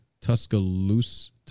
Tuscaloosa